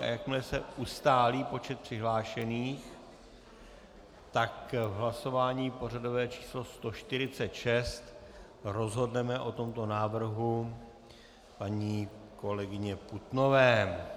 Jakmile se ustálí počet přihlášených, tak v hlasování pořadové číslo 146 rozhodneme o tomto návrhu paní kolegyně Putnové.